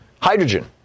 hydrogen